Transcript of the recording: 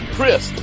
Chris